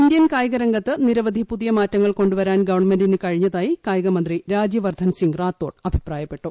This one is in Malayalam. ഇന്ത്യൻ കായിക രംഗത്ത് നിരവധി പുതിയ മാറ്റങ്ങൾ കൊണ്ടുവരാൻ ഗവൺമെന്റിന് കഴിഞ്ഞതായി കായികമന്ത്രി രാജ്യവർദ്ധൻ സിംഗ് റാത്തോർ അഭിപ്രായപ്പെട്ടു